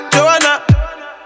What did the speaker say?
Joanna